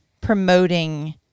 promoting